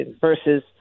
versus